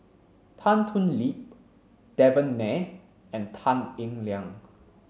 Tan Thoon Lip Devan Nair and Tan Eng Liang